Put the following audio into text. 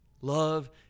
Love